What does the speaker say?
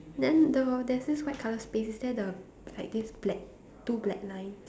then the there's this white colour space is there the like this black two black lines